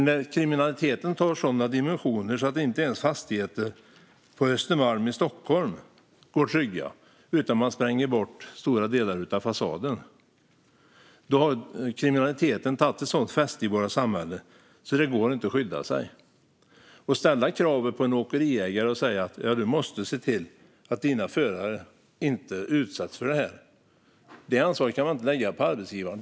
När kriminaliteten tar sådana dimensioner att inte ens fastigheter på Östermalm i Stockholm går trygga utan stora delar av fasaden sprängs bort, då har den fått ett sådant fäste i vårt samhälle att det inte går att skydda sig. Man kan inte säga till en åkeriägare att den måste se till att förarna inte utsätts för det här och därmed lägga ansvaret på arbetsgivaren.